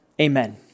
amen